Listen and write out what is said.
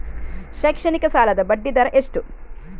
ಶೈಕ್ಷಣಿಕ ಸಾಲದ ಬಡ್ಡಿ ದರ ಎಷ್ಟು?